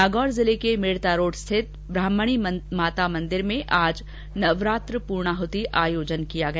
नागौर जिले के मेड़ता रोड स्थित आज ब्रह्माणी माता मंदिर में आज नवरात्रा पूर्णाहूति आयोजन किया गया